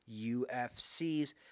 UFC's